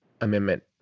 amendment